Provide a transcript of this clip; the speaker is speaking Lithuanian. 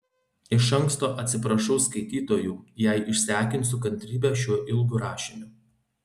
iš anksto atsiprašau skaitytojų jei išsekinsiu kantrybę šiuo ilgu rašiniu